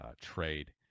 trade